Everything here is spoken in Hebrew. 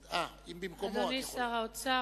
אדוני שר האוצר,